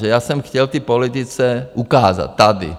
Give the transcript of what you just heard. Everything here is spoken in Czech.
Já jsem chtěl v té politice ukázat tady.